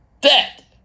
dead